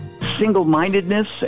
single-mindedness